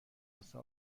واسه